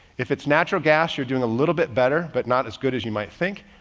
if it's natural gas, you're doing a little bit better but not as good as you might think.